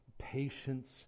patience